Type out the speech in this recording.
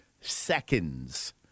seconds